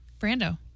Brando